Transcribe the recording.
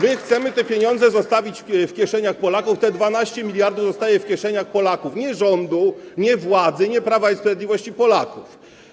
My chcemy te pieniądze zostawić w kieszeniach Polaków, te 12 mld zostaje w kieszeniach Polaków, nie rządu, nie władzy, nie Prawa i Sprawiedliwości -Polaków.